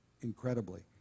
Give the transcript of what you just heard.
incredibly